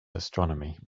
astronomy